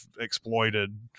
exploited